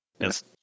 Yes